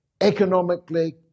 economically